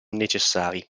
necessari